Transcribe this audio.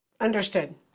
Understood